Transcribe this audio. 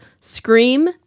Scream